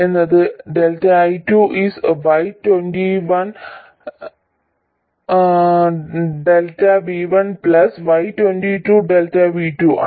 എന്നത് ΔI2 is y21 ΔV1 y22 ΔV2 ആണ്